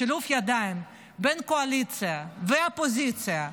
בשילוב ידיים בין קואליציה ואופוזיציה,